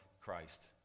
Christ